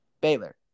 Baylor